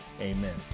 amen